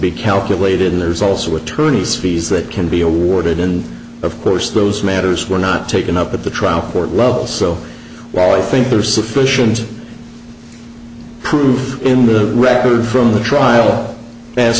be calculated and there's also attorneys fees that can be awarded and of course those matters were not taken up at the trial for love so while i think there are sufficient proof in the record from the trial as